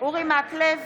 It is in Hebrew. אורי מקלב,